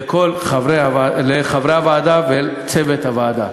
לחברי הוועדה ולצוות הוועדה.